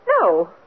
No